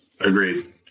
Agreed